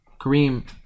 Kareem